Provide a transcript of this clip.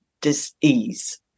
disease